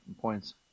points